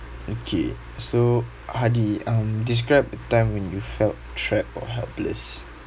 okay so hadi um describe a time when you felt trapped or helpless